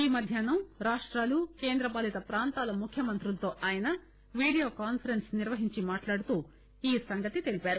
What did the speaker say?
ఈ మధ్యాహ్నం రాష్టాలు కేంద్ర పాలిత ప్రాంతాల ముఖ్యమంత్రులతో ఆయన వీడియో కాన్పరెస్ప్ నిర్వహించి మాట్లాడుతూ ఈ విషయం చెప్పారు